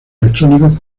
electrónicos